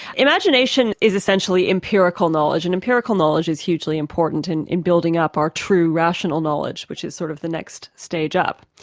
imagination is essentially empirical knowledge, and empirical knowledge is hugely important in in building up our true rational knowledge, which is sort of the next stage up.